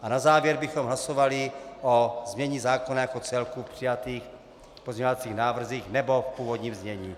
A na závěr bychom hlasovali o znění zákona jako celku, přijatých pozměňovacích návrzích, nebo v původním znění.